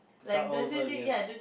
start over again